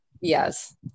yes